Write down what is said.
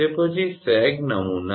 તે પછી સેગ નમૂના